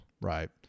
Right